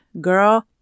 girl